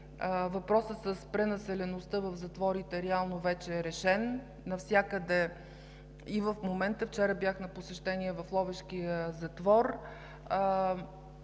въпросът с пренаселеността в затворите реално вече е решен. Навсякъде и в момента – вчера бях на посещение в Ловешкия затвор,